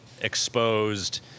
exposed